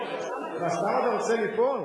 מה, סתם אתה רוצה ליפול?